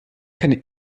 keine